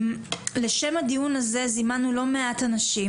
לשם הדיון הזה זימנו לא מעט אנשים.